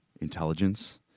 intelligence